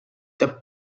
the